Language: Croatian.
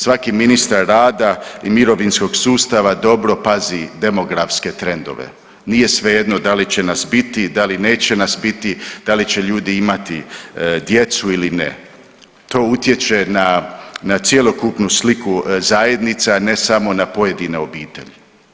Svaki ministar rada i mirovinskog sustava dobro pazi demografske trendove, nije svejedno da li će nas biti, da li neće nas biti, da li će ljudi imati djecu ili ne, to utječe na cjelokupnu sliku zajednica, a ne samo na pojedine obitelji.